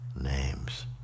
names